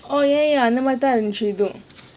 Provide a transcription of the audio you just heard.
oh ya ya antha maathiri thaan irunthuchi idhuwum